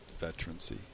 veterancy